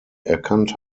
erkannt